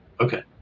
Okay